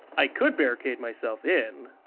i could barricade myself in.